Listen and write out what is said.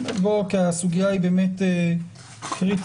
הסוגיה היא באמת קריטית,